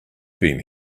been